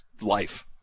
life